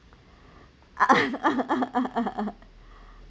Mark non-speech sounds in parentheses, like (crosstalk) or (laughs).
(laughs)